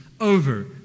over